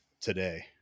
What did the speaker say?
today